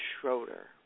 Schroeder